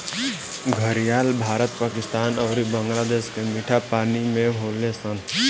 घड़ियाल भारत, पाकिस्तान अउरी बांग्लादेश के मीठा पानी में होले सन